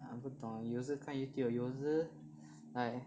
!huh! 不懂有时看 Youtube 有时 like